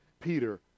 Peter